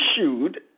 issued